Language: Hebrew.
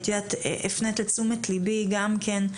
והפנית את תשומת ליבי גם כן,